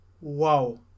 wow